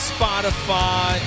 Spotify